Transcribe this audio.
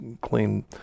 clean